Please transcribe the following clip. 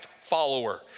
follower